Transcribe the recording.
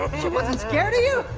she wasn't scared of you?